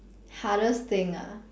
hardest thing ah